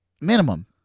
minimum